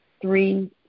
three